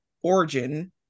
origin